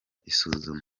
isuzuma